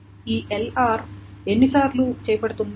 ఈ lr ఎన్ని సార్లు చేయబడుతుంది